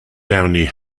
downey